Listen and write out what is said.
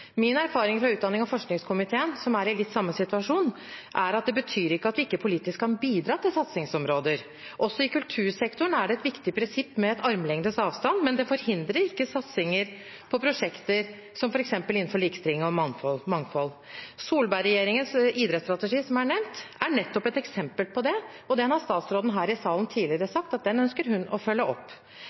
Min erfaring fra utdannings- og forskningskomiteen, som er i litt samme situasjon, er at det betyr ikke at vi ikke politisk kan bidra til satsingsområder. Også i kultursektoren er det et viktig prinsipp med en armlengdes avstand, men det forhindrer ikke satsinger på prosjekter f.eks. innenfor likestilling og mangfold. Solberg-regjeringens idrettsstrategi, som er nevnt, er nettopp et eksempel på det, og den har statsråden her i salen tidligere sagt at hun ønsker å følge opp.